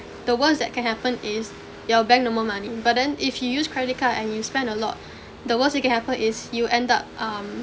the worst that can happen is your bank no more money but then if you use credit card and you spend a lot the worst that can happen is you end up um